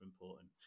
important